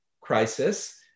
crisis